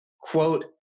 quote